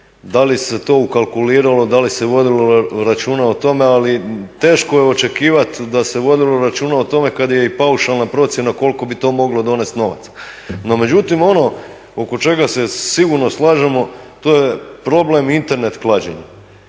da li se to ukalkuliralo, da li se vodilo računa o tome, ali teško je očekivat da se vodilo računa o tome kad je i paušalna procjena koliko bi to moglo donest novaca. No međutim ono oko čega se sigurno slažemo, to je problem internet klađenja